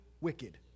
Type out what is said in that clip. wicked